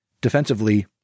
defensively